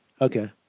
okay